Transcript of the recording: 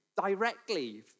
directly